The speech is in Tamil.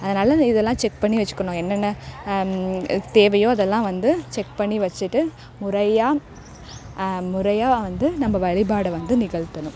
அதனால இதெல்லாம் செக் பண்ணி வச்சுக்கணும் என்னென்ன எது தேவையோ அதெல்லாம் வந்து செக் பண்ணி வச்சுட்டு முறையாக முறையாக வந்து நம்ப வழிபாட வந்து நிகழ்த்தணும்